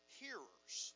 hearers